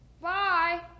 Bye